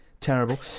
terrible